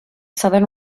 southern